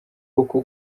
uko